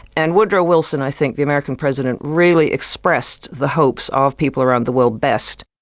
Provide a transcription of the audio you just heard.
and woodrow wilson i think, the american president, really expressed the hopes of people around the world best.